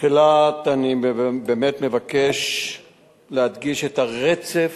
בתחילה אני באמת מבקש להדגיש את הרצף